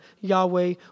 Yahweh